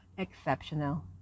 exceptional